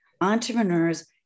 Entrepreneurs